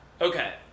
okay